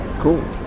cool